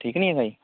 ਠੀਕ ਨਹੀਂ ਹੈਗਾ ਜੀ